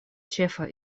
ĉefa